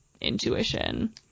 intuition